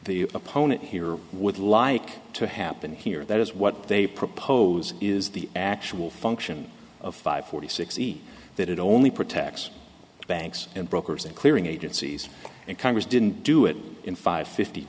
the opponent here would like to happen here that is what they propose is the actual function of five forty six see that it only protects banks and brokers and clearing agencies and congress didn't do it in five fifty